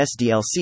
SDLC